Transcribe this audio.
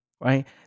Right